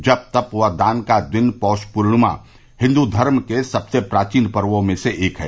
जप तप व दान का दिन पौष पूर्णिमा हिन्दू धर्म के सबसे प्राचीन पर्वो में से एक हैं